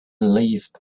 leafed